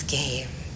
game